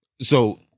So-